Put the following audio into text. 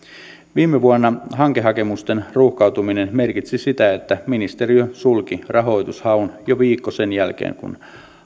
viime vuonna hankehakemusten ruuhkautuminen merkitsi sitä että ministeriö sulki rahoitushaun jo viikko sen jälkeen kun